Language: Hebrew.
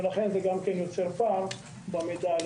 ולכן זה גם יוצר בפער במידע.